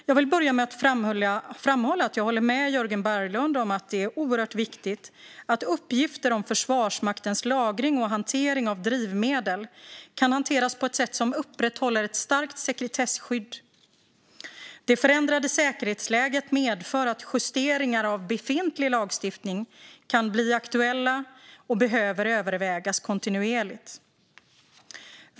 Jag vill börja med att framhålla att jag håller med Jörgen Berglund om att det är oerhört viktigt att uppgifter om Försvarsmaktens lagring och hantering av drivmedel kan hanteras på ett sätt som upprätthåller ett starkt sekretesskydd. Det förändrade säkerhetsläget medför att justeringar av befintlig lagstiftning kan bli aktuella och behöver övervägas kontinuerligt.